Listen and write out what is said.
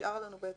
נשארה לנו רק